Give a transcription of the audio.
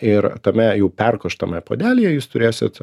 ir tame jau perkoštame puodelyje jūs turėsit